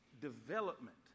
Development